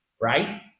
right